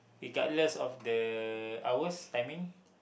regardless of the hours timing